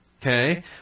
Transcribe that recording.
Okay